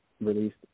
Released